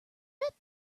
met